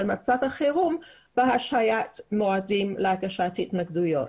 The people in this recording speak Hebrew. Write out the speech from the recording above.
מצב החירום בהשהיית מועדים להגשת התנגדויות.